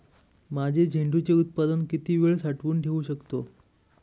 माझे झेंडूचे उत्पादन किती वेळ साठवून ठेवू शकतो?